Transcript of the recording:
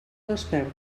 despert